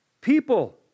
People